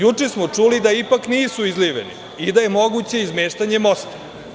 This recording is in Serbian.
Juče smo čuli da ipak nisu izliveni i da je moguće izmeštanje mosta.